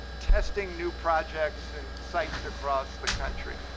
testing new projects in sites across the country.